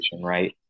right